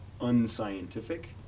unscientific